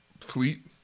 fleet